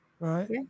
Right